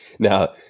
Now